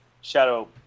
shadow